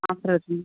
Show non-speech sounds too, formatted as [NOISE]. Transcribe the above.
offer [UNINTELLIGIBLE]